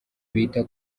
bita